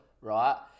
right